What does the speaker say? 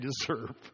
deserve